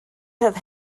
have